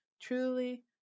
Truly